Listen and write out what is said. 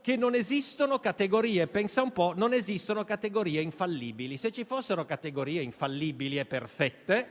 che non esistano categorie - pensa un po' - infallibili. Se ci fossero categorie infallibili e perfette,